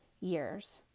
years